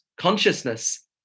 consciousness